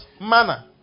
manner